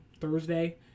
Thursday